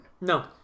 No